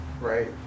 right